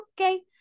okay